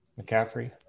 McCaffrey